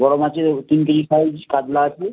বড়ো মাচের তিন কেজি সাইজ কাতলা আছে